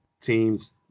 teams